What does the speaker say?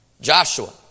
Joshua